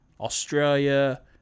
Australia